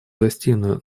гостиную